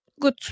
good